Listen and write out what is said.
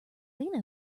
lena